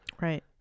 Right